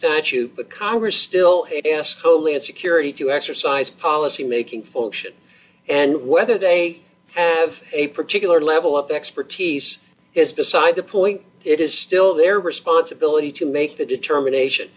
statute but congress still homeland security to exercise policymaking function and whether they have a particular level of expertise is beside the point it is still their responsibility to make the determination